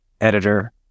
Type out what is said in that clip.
editor